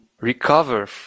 recover